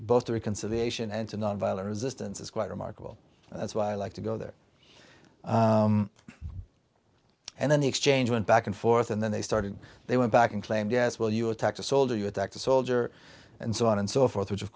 to nonviolent resistance is quite remarkable that's why i like to go there and then the exchange went back and forth and then they started they went back and claimed yes well you attacked a soldier you attacked a soldier and so on and so forth which of